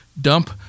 dump